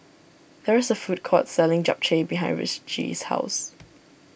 there is a food court selling Japchae behind Ritchie's house